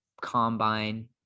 combine